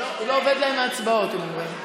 לא עובד להם ההצבעות, הם אומרים.